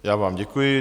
Já vám děkuji.